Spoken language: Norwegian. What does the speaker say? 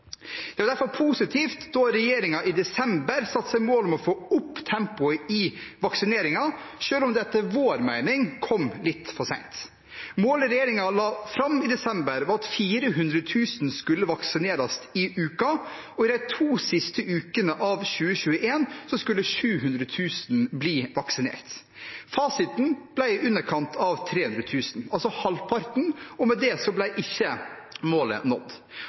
Det var derfor positivt da regjeringen i desember satte seg mål om å få opp tempoet i vaksineringen, selv om det etter vår mening kom litt for sent. Målet regjeringen la fram i desember, var at 400 000 skulle vaksineres i uken, og de to siste ukene av 2021 skulle 700 000 bli vaksinert. Fasiten ble i underkant av 300 000, altså halvparten. Med det ble ikke målet nådd.